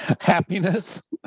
happiness